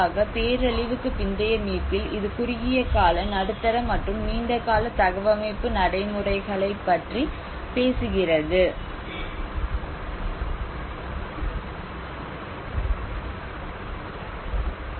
குறிப்பாக பேரழிவுக்கு பிந்தைய மீட்பில் இது குறுகிய கால நடுத்தர மற்றும் நீண்ட கால தகவமைப்பு நடைமுறைகளைப் பற்றி பேசுகிறது